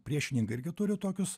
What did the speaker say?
priešininkai irgi turi tokius